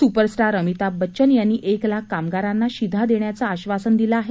superstar Amitabh Bachchan यांनी एक लाख कामगारांना शिधा देण्याचं आश्वासन दिलं आहे